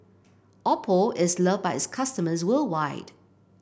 Oppo is loved by its customers worldwide